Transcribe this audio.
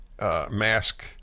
mask